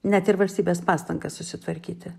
net ir valstybės pastangas susitvarkyti